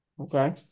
Okay